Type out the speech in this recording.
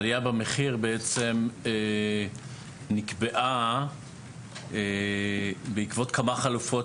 עלייה במחיר בעצם נקבעה בעקבות כמה חלופות